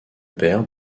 père